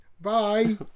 bye